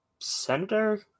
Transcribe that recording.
Senator